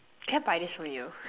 can I buy this for you